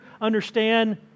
Understand